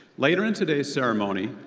later in today's ceremony,